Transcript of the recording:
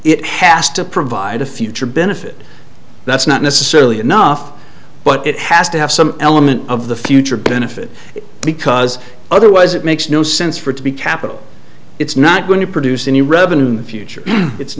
it has to provide a future benefit that's not necessarily enough but it has to have some element of the future benefit because otherwise it makes no sense for it to be capital it's not going to produce any revenue in the future it's